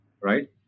right